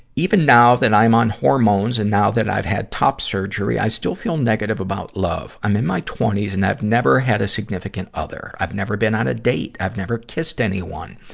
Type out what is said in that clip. even now that i m on hormones and now that i've had top surgery, i still feel negative about love. i'm in my twenty s and i've never had a significant other. i've never been on a date. i've never kissed anyone.